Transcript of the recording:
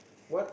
what